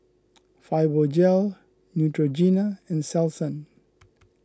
Fibogel Neutrogena and Selsun